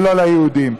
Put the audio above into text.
ולא ליהודים.